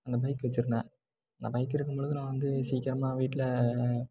அந்த பைக் வச்சிருந்தேன் அந்த பைக் இருக்கும்பொலுது நான் வந்து சீக்கிரமா வீட்டில